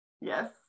Yes